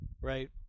right